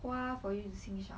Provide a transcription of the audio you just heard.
花 for you to 欣赏